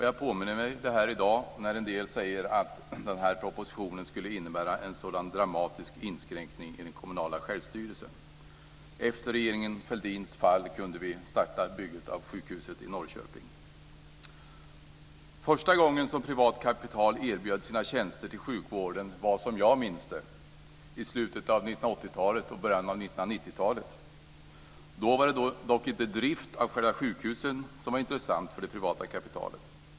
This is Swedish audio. Jag påminner mig det här i dag när en del säger att den här propositionen skulle innebära en sådan dramatisk inskränkning i den kommunala självstyrelsen. Efter regeringen Fälldins fall kunde vi starta bygget av sjukhuset i Norrköping. Första gången privat kapital erbjöd sina tjänster till sjukvården var, som jag minns det, i slutet av 1980-talet och början av 1990-talet. Då var det dock inte drift av själva sjukhusen som var intressant för det privata kapitalet.